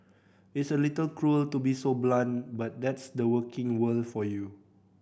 it's a little cruel to be so blunt but that's the working world for you